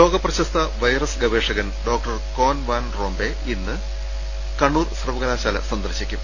ലോക പ്രശസ്ത വൈറസ് ഗവേഷകൻ ഡോക്ടർ കോൻ വാൻ റോംപെ ഇന്ന് കണ്ണൂർ സർവകലാശാല സന്ദർശിക്കും